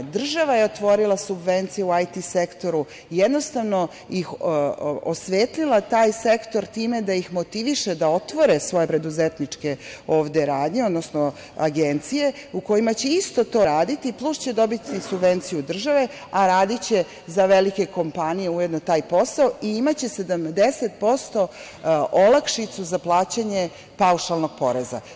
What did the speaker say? Država je otvorila subvencije u IT sektoru, jednostavno je osvetlila taj sektor time da ih motiviše da otvore svoje preduzetničke radnje, odnosno agencije, u kojima će isto to raditi, plus će dobiti subvenciju države a radiće za velike kompanije ujedno taj posao i imaće 70% olakšicu za plaćanje paušalnog poreza.